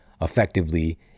effectively